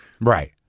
Right